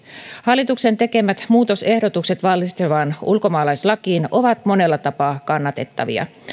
hallituksen tekemät muutosehdotukset vallitsevaan ulkomaalaislakiin ovat monella tapaa kannatettavia